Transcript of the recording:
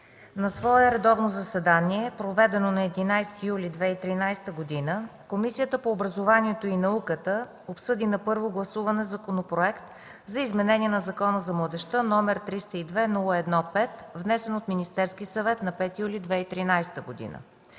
„На свое редовно заседание, проведено на 11 юли 2013 г., Комисията по образованието и науката, обсъди на първо гласуване, законопроект за изменение на Закона за младежта, № 302-01-5, внесен от Министерски съвет на 5 юли 2013 г.